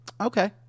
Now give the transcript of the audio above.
okay